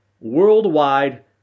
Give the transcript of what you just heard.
worldwide